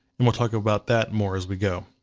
and we'll talk about that more as we go.